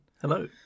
Hello